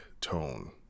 tone